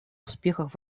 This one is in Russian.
успехах